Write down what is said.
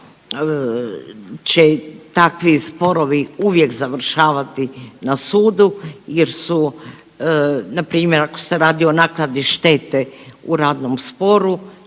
i takvi sporovi uvijek završavati na sudu jer su, npr. ako se radi o naknadi štete u radnom sporu